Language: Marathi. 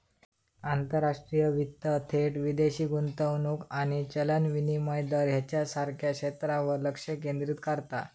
आंतरराष्ट्रीय वित्त थेट विदेशी गुंतवणूक आणि चलन विनिमय दर ह्येच्यासारख्या क्षेत्रांवर लक्ष केंद्रित करता